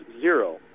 zero